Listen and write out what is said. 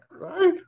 Right